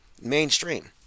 Mainstream